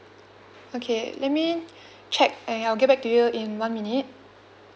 okay let me check and I'll get back to you in one minute